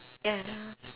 ya